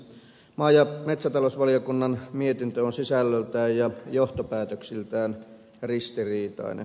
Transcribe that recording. maa ja metsätalousvaliokunnan mietintö on sisällöltään ja johtopäätöksiltään ristiriitainen